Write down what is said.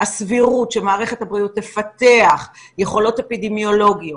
הסבירות שמערכת הבריאות תפתח יכולות אפידמיולוגיות,